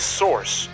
source